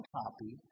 copy